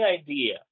idea